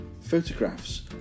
photographs